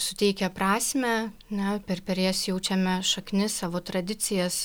suteikia prasmę na per per jas jaučiame šaknis savo tradicijas